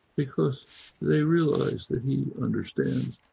because they realise that he understands,